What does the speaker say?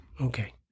Okay